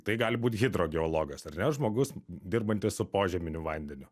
tai gali būt hidrogeologas ar ne žmogus dirbantis su požeminiu vandeniu